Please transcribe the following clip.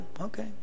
okay